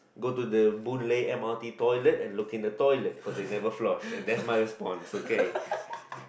go to the Boon Lay m_r_t toilet and looking the toilet cause they never flush and that's my response okay